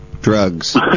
drugs